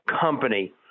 Company